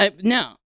no